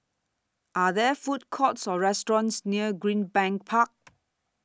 Are There Food Courts Or restaurants near Greenbank Park